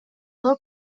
log